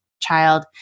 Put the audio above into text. child